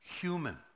human